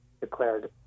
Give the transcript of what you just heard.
declared